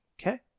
Okay